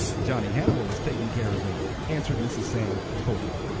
johnny hannibal is taking care of me, answered mrs. sam, coldly.